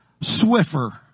Swiffer